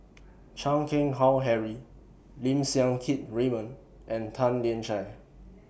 Chan Keng Howe Harry Lim Siang Keat Raymond and Tan Lian Chye